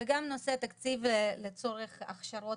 וגם נושא התקציב לצורך הכשרות